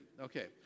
Okay